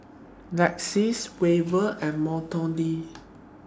Lexis Weaver and Melodee